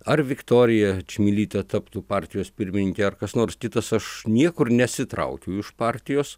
ar viktorija čmilytė taptų partijos pirmininke ar kas nors kitas aš niekur nesitraukiu iš partijos